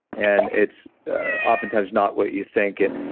and it's ah oftentimes not what you're thinking.